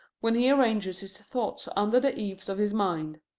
when he arranges his thoughts under the eaves of his mind.